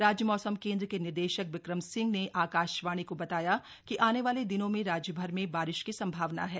राज्य मौसम केंद्र के निदेशक विक्रम सिंह ने आकाशवाणी को बताया कि आने वाले दिनों में राज्यभर में बारिश की संभावना है